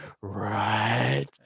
right